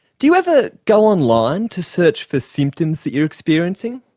do you ever go online to search for symptoms that you're experiencing?